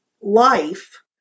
life